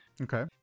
Okay